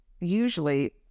Usually